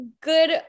good